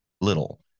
little